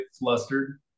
flustered